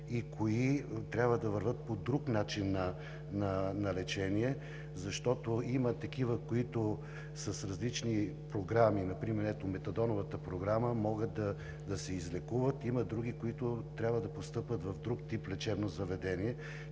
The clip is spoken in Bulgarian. и кои трябва да вървят по друг начин на лечение, защото има такива, които с различни програми, например ето Метадоновата програма, могат да се излекуват. Има други, които трябва да постъпят в друг тип лечебно заведение.